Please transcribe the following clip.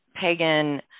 pagan